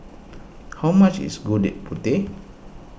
how much is Gudeg Putih